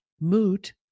Moot